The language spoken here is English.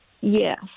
Yes